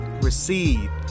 receive